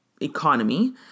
economy